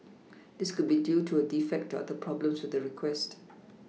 this could be due to a defect or other problem with the request